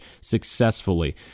successfully